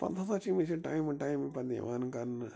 پتہٕ ہسا چھِ أمس یہِ ٹایمہٕ ٹایمہٕ پننہِ یِوان کرنہٕ